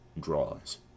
Draws